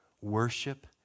worship